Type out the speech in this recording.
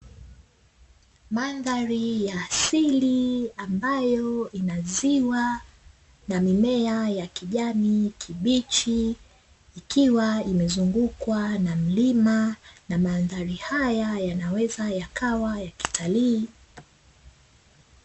Mandhari ya asili ambayo inatumika kuboresha ufanisi ziwa na mimea ya kijani kibichi ikiwa imezungukwa na mlima, na mandhari haya yanaweza yakawa ya kitalii.